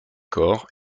corps